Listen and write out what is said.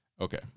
Okay